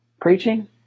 preaching